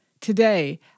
Today